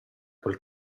quel